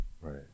Right